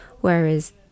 whereas